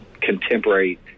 contemporary